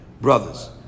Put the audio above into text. brothers